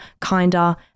kinder